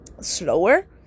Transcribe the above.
slower